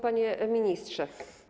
Panie Ministrze!